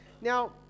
Now